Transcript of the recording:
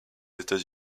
états